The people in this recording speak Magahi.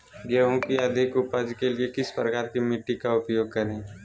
गेंहू की अधिक उपज के लिए किस प्रकार की मिट्टी का उपयोग करे?